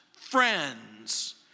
friends